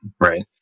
right